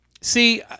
See